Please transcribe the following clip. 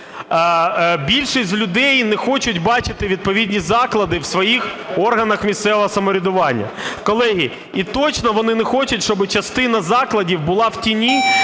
Більшість людей не хочуть бачити відповідні заклади в своїх органах місцевого самоврядування. Колеги, і точно вони не хочуть, щоби частина закладів була в тіні,